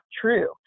true